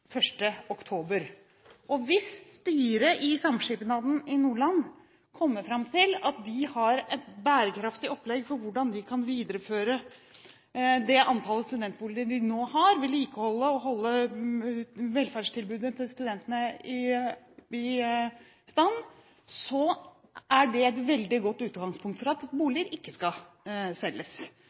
1. oktober. Hvis styret i samskipnaden i Nordland kommer fram til at de har et bærekraftig opplegg for hvordan de kan videreføre det antallet studentboliger de nå har, vedlikeholde dem og holde velferdstilbudet til studentene i stand, er det et veldig godt utgangspunkt for at boliger ikke skal selges.